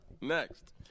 Next